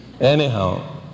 Anyhow